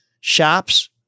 shops